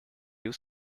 you